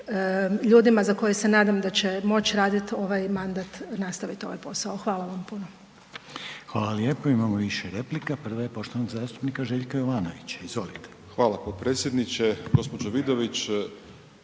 ljudi za koje se nadam da će moći raditi ovaj mandat, nastaviti ovaj posao. Hvala vam puno. **Reiner, Željko (HDZ)** Hvala lijepo. Imamo više replika. Prva je poštovanog zastupnika Željka Jovanovića. Izvolite. **Jovanović,